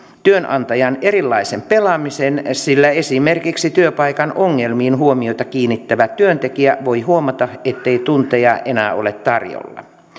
työnantajan pelaamisen sillä esimerkiksi työpaikan ongelmiin huomiota kiinnittävä työntekijä voi huomata ettei tunteja enää ole tarjolla